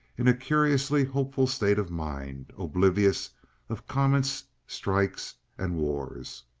in a curiously hopeful state of mind, oblivious of comets, strikes, and wars.